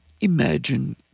Imagine